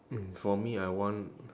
mm for me I want